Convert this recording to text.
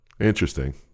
Interesting